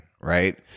right